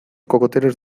cocoteros